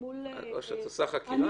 מול --- את עושה חקירה?